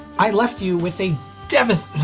i left you with a devas,